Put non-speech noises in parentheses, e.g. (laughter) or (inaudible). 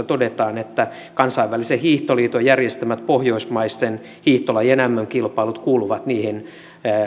(unintelligible) todetaan että kansainvälisen hiihtoliiton järjestämät pohjoismaisten hiihtolajien mm kilpailut kuuluvat niihin